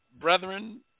brethren